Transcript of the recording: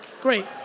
Great